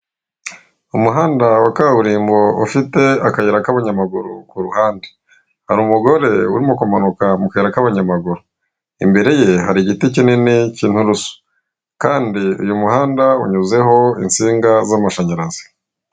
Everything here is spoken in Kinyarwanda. Umuhanda wa kaburembo ufite akayira k'abanyamaguru ku ruhande, hari umugore uri mo kumanuka mu kayira k'abanyamaguru, imbere ye hari igiti kinini k'inturusu, kandi uyu muhanda unyuzeho insinga z'amashanyarazi.